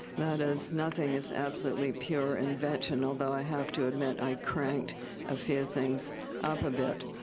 that is, nothing is absolutely pure invention. although, i have to admit, i cranked a few things up a bit.